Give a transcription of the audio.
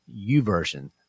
uversion